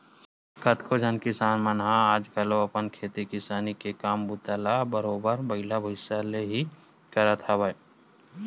कतको झन किसान मन ह आज घलो अपन खेती किसानी के काम बूता ल बरोबर बइला भइसा ले ही करत हवय